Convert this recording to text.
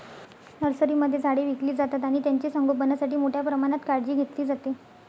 नर्सरीमध्ये झाडे विकली जातात आणि त्यांचे संगोपणासाठी मोठ्या प्रमाणात काळजी घेतली जाते